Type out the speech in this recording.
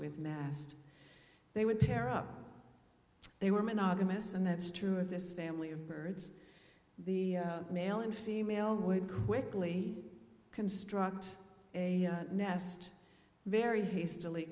with mast they would pair up they were monogamous and that's true of this family of birds the male and female would quickly construct a nest very hastily